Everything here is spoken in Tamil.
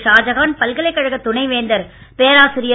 ஷாஜஹான் பல்கலைக்கழக துணைவேந்தர் பேராசிரியர்